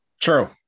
True